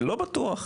לא בטוח,